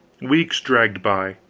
weeks dragged by,